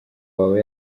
wawe